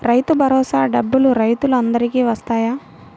రైతు భరోసా డబ్బులు రైతులు అందరికి వస్తాయా?